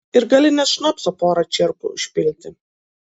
ir gali net šnapso porą čierkų užpilti